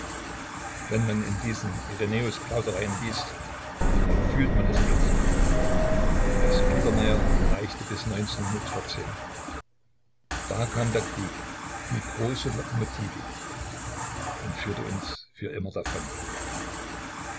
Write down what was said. wenn man in diesen irenaeus-plaudereien liest dann fühlt man es plötzlich das biedermeier reichte bis da kam der krieg die große lokomotive und führte uns für immer davon